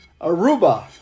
Aruba